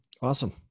Awesome